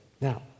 Now